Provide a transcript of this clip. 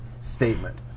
statement